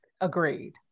Agreed